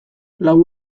lau